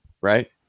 Right